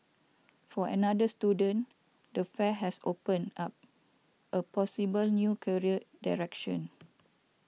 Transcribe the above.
for another student the fair has opened up a possible new career direction